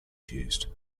used